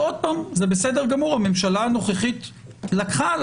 זה בסדר גמור שהממשלה הנוכחית לקחה על